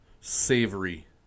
savory